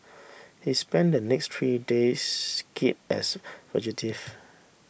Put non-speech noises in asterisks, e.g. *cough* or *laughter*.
he spent the next three *unintelligible* as fugitive